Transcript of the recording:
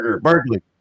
Berkeley